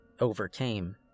overcame